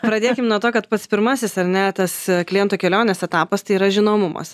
pradėkim nuo to kad pats pirmasis ar ne tas kliento kelionės etapas tai yra žinomumas